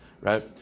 right